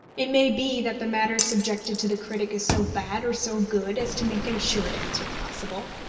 it may be that the matter subjected to the critic is so bad or so good as to make an assured answer possible.